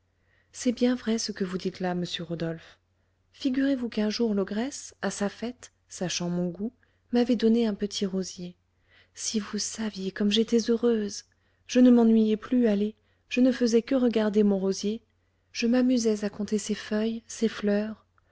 c'est bien vrai ce que vous dites là monsieur rodolphe figurez-vous qu'un jour l'ogresse à sa fête sachant mon goût m'avait donné un petit rosier si vous saviez comme j'étais heureuse je ne m'ennuyais plus allez je ne faisais que regarder mon rosier je m'amusais à compter ses feuilles ses fleurs